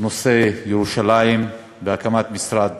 נושא ירושלים והקמת משרד